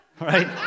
right